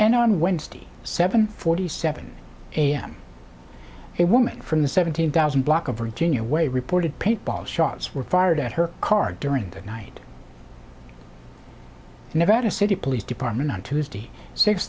and on wednesday seven forty seven am a woman from the seventeen thousand block of virginia way reported paint ball shots were fired at her car during the night and nevada city police department on tuesday six